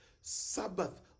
sabbath